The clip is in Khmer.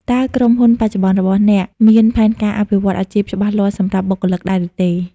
តើក្រុមហ៊ុនបច្ចុប្បន្នរបស់អ្នកមានផែនការអភិវឌ្ឍន៍អាជីពច្បាស់លាស់សម្រាប់បុគ្គលិកដែរឬទេ?